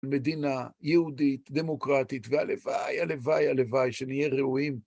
מדינה יהודית, דמוקרטית, והלוואי, הלוואי, הלוואי, שנהיה ראויים...